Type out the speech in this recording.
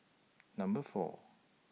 Number four